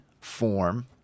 form